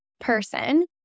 person